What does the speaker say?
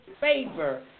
favor